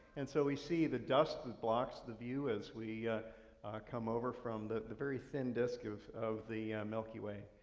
and so we see the dust that blocks the view as we come over from the the very thin disc of of the milky way.